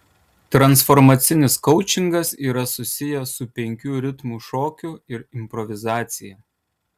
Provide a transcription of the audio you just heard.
transformacinis koučingas yra susijęs su penkių ritmų šokiu ir improvizacija